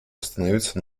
остановиться